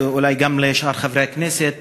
ואולי גם לשאר חברי הכנסת,